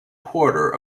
quarter